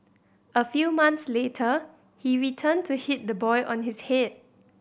a few mounts later he returned to hit the boy on his head